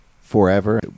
forever